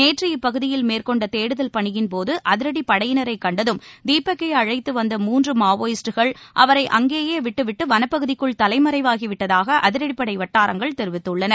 நேற்று இப்பகுதியில் மேற்கொண்ட தேடுதல் பணியின்போது அதிரடிப் படையினரை கண்டதும் தீபக் கை அழைத்து வந்த மூன்று மாவோயிஸ்ட்டுகள் அவரை அங்கேயே விட்டுவிட்டு வனப்பகுதிக்குள் தலைமறைவாகிவிட்டதாக அதிரடிப் படை வட்டாரங்கள் தெரிவித்துள்ளன